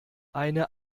eine